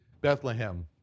Bethlehem